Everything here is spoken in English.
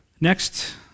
Next